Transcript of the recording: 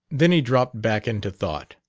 then he dropped back into thought.